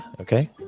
Okay